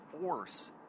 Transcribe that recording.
force